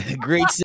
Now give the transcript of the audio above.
Great